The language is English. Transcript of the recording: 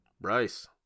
Bryce